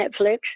Netflix